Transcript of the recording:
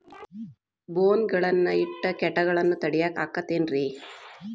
ಬೋನ್ ಗಳನ್ನ ಇಟ್ಟ ಕೇಟಗಳನ್ನು ತಡಿಯಾಕ್ ಆಕ್ಕೇತೇನ್ರಿ?